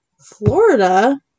Florida